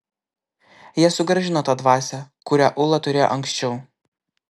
jie sugrąžino tą dvasią kurią ūla turėjo anksčiau